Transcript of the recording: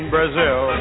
Brazil